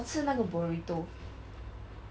but 我吃那个 burrito